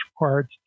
required